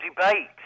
debate